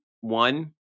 one